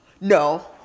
no